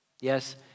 Yes